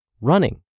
Running